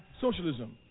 socialism